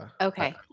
Okay